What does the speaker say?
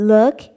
Look